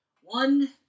one